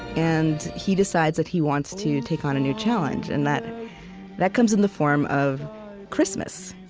and he decides that he wants to take on a new challenge. and that that comes in the form of christmas.